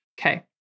Okay